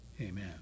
Amen